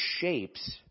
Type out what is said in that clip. shapes